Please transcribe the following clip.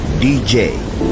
DJ